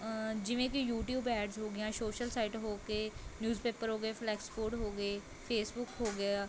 ਜਿਵੇਂ ਕਿ YouTube ads ਹੋਗੀਆਂ ਸੋਸ਼ਲ ਸਾਈਟ ਹੋ ਗਏ ਨਿਊਜ਼ਪੇਪਰ ਹੋ ਗਏ ਫਲੈਕਸ ਬੋਰਡ ਹੋ ਗਏ ਫੇਸਬੁੱਕ ਹੋ ਗਿਆ